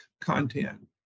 content